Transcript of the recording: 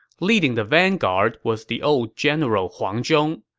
leading the vanguard was the old general huang zhong.